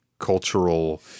Cultural